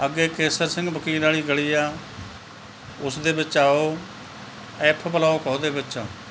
ਅੱਗੇ ਕੇਸਰ ਸਿੰਘ ਵਕੀਲ ਵਾਲੀ ਗਲੀ ਆ ਉਸ ਦੇ ਵਿੱਚ ਆਓ ਐਫ ਬਲੋਕ ਆ ਉਹਦੇ ਵਿੱਚ